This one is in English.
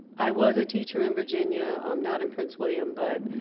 i was a teacher in virginia, um not in prince william but,